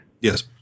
Yes